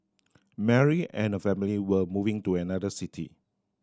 Mary and her family were moving to another city